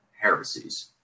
heresies